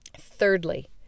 Thirdly